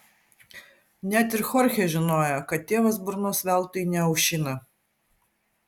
net ir chorchė žinojo kad tėvas burnos veltui neaušina